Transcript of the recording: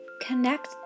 Connect